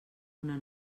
una